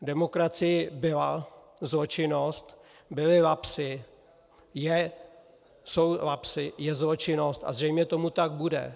V demokracii byla zločinnost, byly lapsy, jsou lapsy, je zločinnost a zřejmě tomu tak bude.